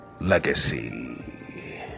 legacy